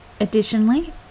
Additionally